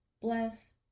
Bless